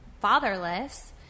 fatherless